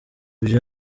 byo